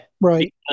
right